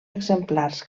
exemplars